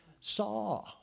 saw